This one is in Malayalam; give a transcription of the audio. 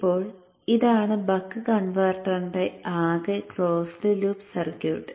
ഇപ്പോൾ ഇതാണ് ബക്ക് കൺവെർട്ടറിന്റെ ആകെ ക്ലോസ്ഡ് ലൂപ്പ് സർക്യൂട്ട്